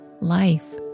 life